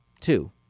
Two